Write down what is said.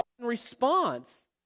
response